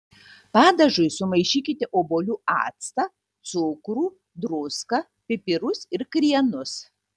padažui sumaišykite obuolių actą cukrų druską pipirus ir krienus